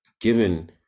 given